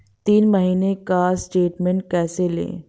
तीन महीने का स्टेटमेंट कैसे लें?